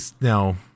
No